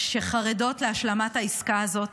שחרדות להשלמת העסקה הזאת,